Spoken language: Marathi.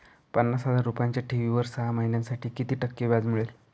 पन्नास हजार रुपयांच्या ठेवीवर सहा महिन्यांसाठी किती टक्के व्याज मिळेल?